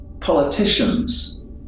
politicians